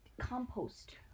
compost